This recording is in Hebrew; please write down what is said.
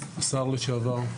השר לשעבר.